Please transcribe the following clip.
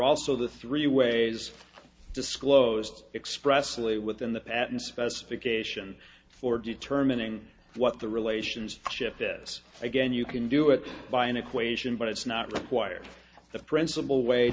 also the three ways disclosed expressly within the patent specification for determining what the relations shift this again you can do it by an equation but it's not required the principal way